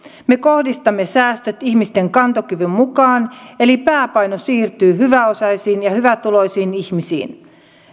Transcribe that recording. me kohdistamme säästöt ihmisten kantokyvyn mukaan eli pääpaino siirtyy hyväosaisiin ja hyvätuloisiin ihmisiin